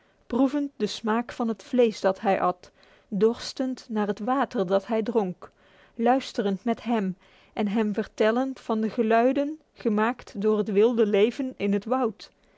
proevend de smaak van het vlees dat hij at dorstend naar het water dat hij dronk luisterend met hem en hem vertellend van de geluiden gemaakt door het wilde leven in het woud